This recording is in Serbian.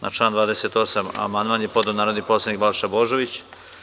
Na član 28. amandman je podneo narodni poslanik Balša Božović.